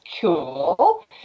cool